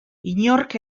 inork